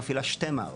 מפעילה שתי מערכות,